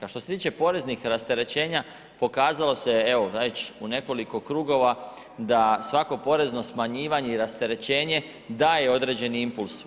A što se tiče poreznih rasterećenja, pokazalo se evo već u nekoliko krugova da svako porezno smanjivanje i rasterećenje daje određeni impuls.